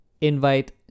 invite